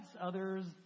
others